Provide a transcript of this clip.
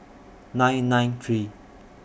nine nine three